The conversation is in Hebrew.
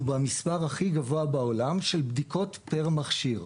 אנחנו במספר הכי גבוה בעולם של בדיקות פר מכשיר.